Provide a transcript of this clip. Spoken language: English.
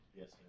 Yes